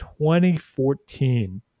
2014